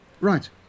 Right